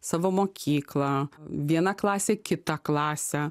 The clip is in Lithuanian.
savo mokyklą viena klasė kitą klasę